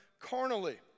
carnally